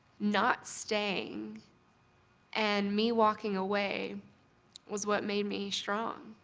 not staying and me walking away was what made me strong.